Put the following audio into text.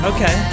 Okay